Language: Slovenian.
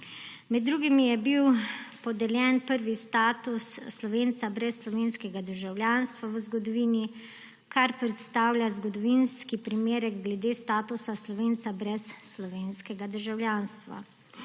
Med drugimi je bil podeljen prvi status Slovenca brez slovenskega državljanstva v zgodovini, kar predstavlja zgodovinski primerek glede statusa Slovenca brez slovenskega državljanstva.